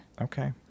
okay